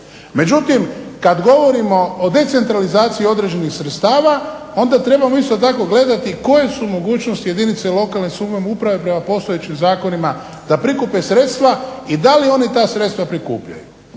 Međutim, kad govorimo o decentralizaciji određenih sredstava onda trebamo isto tako gledati koje su mogućnosti jedinice lokalne samouprave prema postojećim zakonima da prikupe sredstva i da li oni ta sredstva prikupljaju.